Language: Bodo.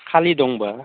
खालि दंबा